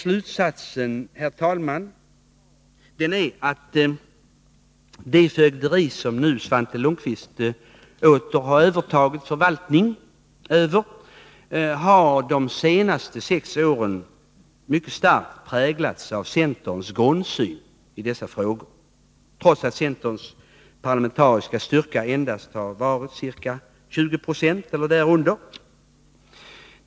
Slutsatsen, herr talman, är att det fögderi som nu Svante Lundkvist åter har övertagit förvaltningen av under de senaste sex åren mycket starkt har präglats av centerns grundsyn i dessa frågor, trots att centerns parlamentariska styrka endast har varit ca 20 96 eller därunder.